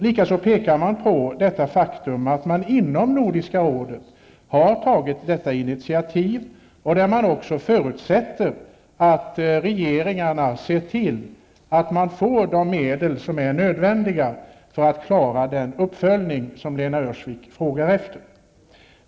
Likaså pekar man på det faktum att man inom Nordiska rådet har tagit detta initiativ och att man där också förutsätter att regeringarna ser till att berörda organisationer får de medel som är nödvändiga för att de skall klara den uppföljning som Lena Öhrsvik frågade efter.